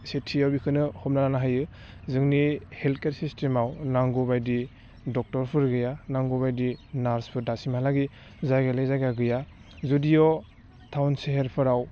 सेथियाव बेखौनो हमना लानो हायो जोंनि हेल्थकेयार सिस्टेमाव नांगौबायदि डक्टरफोर गैया नांगौ बायदि नार्सफोर दासिमहालागै जायगा लायै जायगा गैया जुदिअ' टावन सोहोरफ्राव